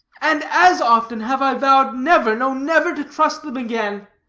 and as often have i vowed never, no, never, to trust them again.